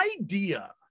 idea